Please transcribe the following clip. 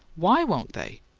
why won't they?